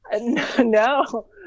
No